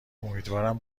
امیدوارم